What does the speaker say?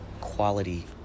quality